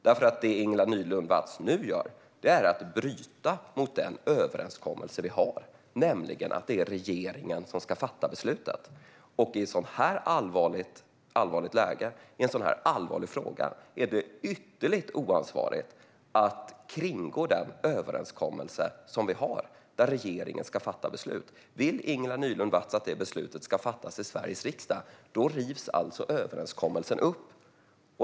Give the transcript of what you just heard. Det Ingela Nylund Watz nu gör är att bryta mot den överenskommelse vi har, nämligen att det är regeringen som ska fatta beslutet. I en så här allvarlig fråga är det ytterligt oansvarigt att kringgå den överenskommelse vi har, där regeringen ska fatta beslut. Vill Ingela Nylund Watz att det beslutet ska fattas i Sveriges riksdag rivs alltså överenskommelsen upp.